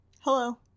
Hello